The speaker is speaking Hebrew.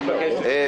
אוסאמה, נכון.